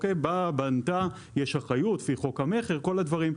באה, בנתה, יש אחריות לפי חוק המכר וכל הדברים.